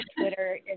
Twitter